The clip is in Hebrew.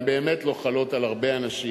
הן באמת לא חלות על הרבה אנשים.